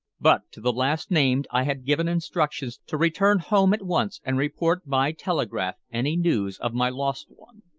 but to the last-named i had given instructions to return home at once and report by telegraph any news of my lost one.